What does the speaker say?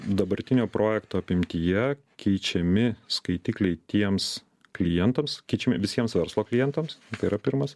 dabartinio projekto apimtyje keičiami skaitikliai tiems klientams keičiami visiems verslo klientams tai yra pirmas